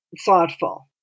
thoughtful